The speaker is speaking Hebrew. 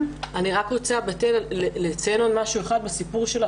--- אני רוצה לציין עוד משהו אחד מקומם בסיפור של בת-אל.